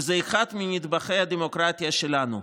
שהוא אחד מנדבכי הדמוקרטיה שלנו.